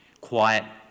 quiet